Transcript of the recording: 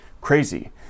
crazy